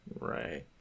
right